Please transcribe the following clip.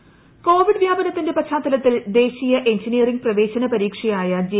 പരീക്ഷ കോവിഡ് വ്യാപനത്തിന്റെ ് പശ്ചാത്തലത്തിൽ ദേശീയ എഞ്ചിനീയറിംഗ് പ്രവേശ്രന് പരീക്ഷയായ ജെ